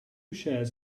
shares